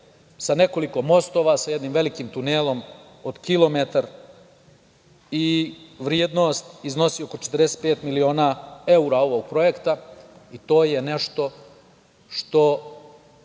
sa nekoliko mostova, sa jednim velikim tunelom od kilometar i vrednost iznosi oko 45 miliona evra ovog projekta i to je nešto što